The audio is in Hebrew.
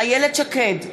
איילת שקד,